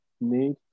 need